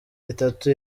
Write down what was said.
itatu